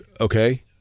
okay